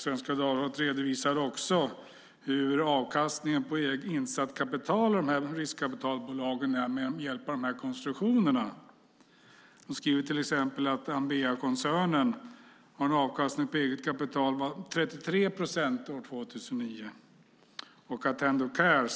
Svenska Dagbladet redovisar också hur avkastningen på insatt kapital i dessa riskkapitalbolag är med hjälp av de här konstruktionerna. De skriver till exempel att Ambeakoncernens avkastning på eget kapital 2009 var 33 procent. Attendo Care,